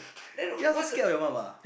ya all so scared of your mum